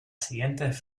siguientes